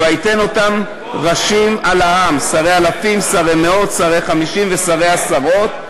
"ויִתן אותם ראשים על העם שרי אלפים שרי מאות שרי חמִשים ושרי עשרֹת.